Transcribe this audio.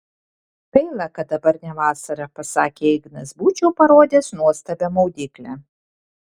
gaila kad dabar ne vasara pasakė ignas būčiau parodęs nuostabią maudyklę